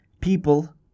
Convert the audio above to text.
people